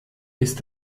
ist